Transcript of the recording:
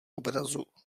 obrazu